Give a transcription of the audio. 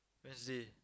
Wednesday